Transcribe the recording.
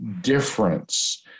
difference